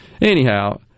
anyhow